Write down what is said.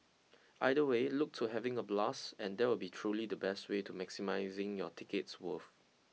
either way look to having a blast and that will truly be the best way to maximising your ticket's worth